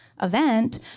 event